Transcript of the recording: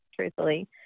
truthfully